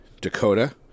Dakota